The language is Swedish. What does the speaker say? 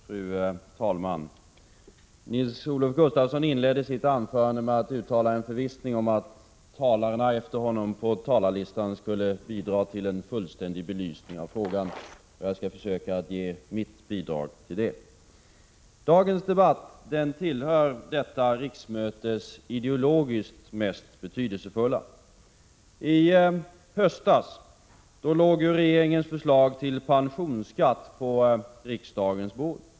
Fru talman! Nils-Olof Gustafsson inledde sitt anförande med att uttala en förvissning om att talarna efter honom på talarlistan skulle bidra till en fullständig belysning av frågan. Jag skall försöka ge mitt bidrag till detta. Dagens debatt tillhör detta riksmötes ideologiskt mest betydelsefulla. I höstas låg regeringens förslag till pensionsskatt på riksdagens bord.